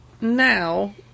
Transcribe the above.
now